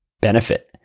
benefit